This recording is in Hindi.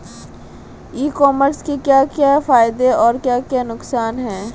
ई कॉमर्स के क्या क्या फायदे और क्या क्या नुकसान है?